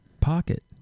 pocket